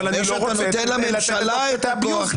אבל אני לא רוצה ------ לממשלה את הכוח --- לא,